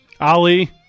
Ali